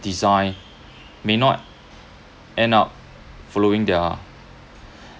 design may not end up following their